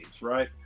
right